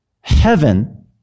heaven